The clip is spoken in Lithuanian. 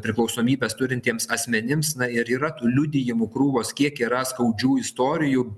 priklausomybes turintiems asmenims na ir yra tų liudijimų krūvos kiek yra skaudžių istorijų